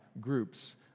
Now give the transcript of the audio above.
groups